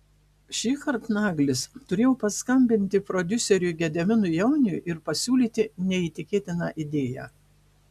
šįkart naglis turėjo paskambinti prodiuseriui gediminui jauniui ir pasiūlyti neįtikėtiną idėją